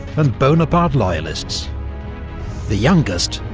and bonaparte loyalists the youngest,